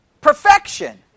Perfection